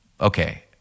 okay